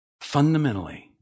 Fundamentally